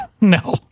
no